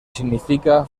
significa